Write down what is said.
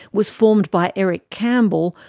was formed by eric campbell,